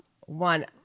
One